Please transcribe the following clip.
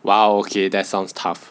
!wow! okay that sounds tough